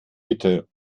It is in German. bitte